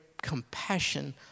compassion